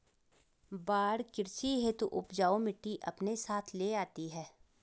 बाढ़ कृषि हेतु उपजाऊ मिटटी अपने साथ ले आती है